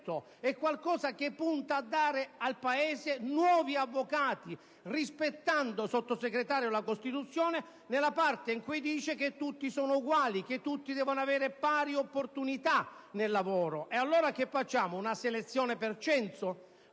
qualcosa che punta a dare al Paese nuovi avvocati, rispettando, signora Sottosegretario, la Costituzione, nella parte in cui dice che tutti sono uguali e che tutti devono avere pari opportunità nel lavoro. Ma allora, che facciamo, una selezione per censo,